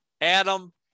adam